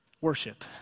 Worship